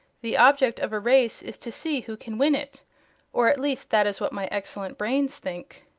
the object of a race is to see who can win it or at least that is what my excellent brains think.